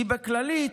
היא בכללית,